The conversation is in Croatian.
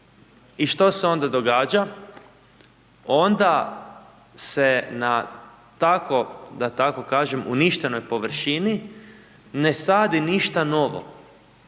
I što se onda događa? Onda se na tako da tako kažem uništenoj površini ne sadi ništa novo